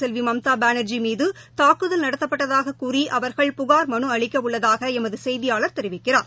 செல்விமம்தாபானா்ஜி மீதுதாக்குதல் நடத்தப்பட்டதாகக் கூறிஅவர்கள் முதலமைச்சர் புகார் மனுஅளிக்கஉள்ளதாகஎமதுசெய்தியாளர் தெரிவிக்கிறார்